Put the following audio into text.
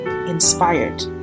inspired